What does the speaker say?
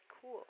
cool